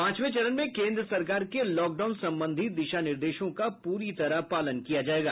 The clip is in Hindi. पांचवें चरण में केन्द्र सरकार के लॉकडाउन संबंधी दिशा निर्देशों का पूरी तरह पालन किया जायेगा